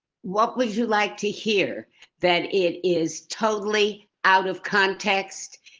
what would you like to hear that? it is totally out of context.